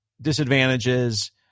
disadvantages